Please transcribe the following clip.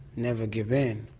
never give in.